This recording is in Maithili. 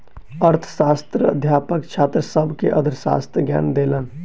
अर्थशास्त्रक अध्यापक छात्र सभ के अर्थशास्त्रक ज्ञान देलैन